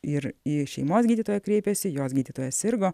ir į šeimos gydytoją kreipėsi jos gydytoja sirgo